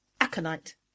Aconite